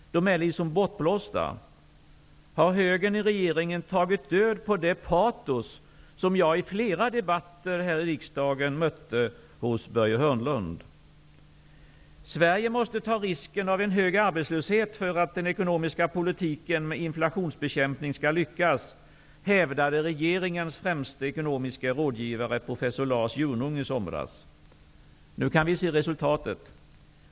De är som bortblåsta. Har högern i regeringen tagit död på det patos som jag i flera debatter här i riksdagen mötte hos Börje Hörnlund? Sverige måste ta risken av en hög arbetslöshet för att den ekonomiska politiken med inflationsbekämpning skall lyckas, hävdade regeringens främste ekonomiske rådgivare, professor Lars Jonung i somras. Nu kan vi se resultatet.